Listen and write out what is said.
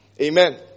Amen